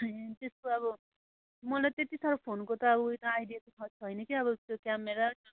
ए त्यस्तो अब मलाई त्यति साह्रो फोनको त उयो आइडिया त छैन कि अब त्यो क्यामेरो